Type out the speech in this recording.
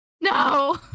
No